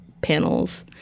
panels